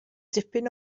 dipyn